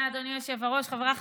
אני, אין לי בעיה, צריך להשיב.